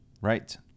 right